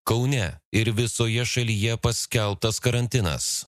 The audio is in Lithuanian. kaune ir visoje šalyje paskelbtas karantinas